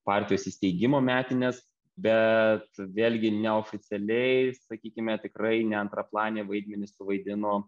partijos įsteigimo metines bet vėlgi neoficialiai sakykime tikrai ne antraplanį vaidmenį suvaidino